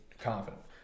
confident